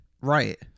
Right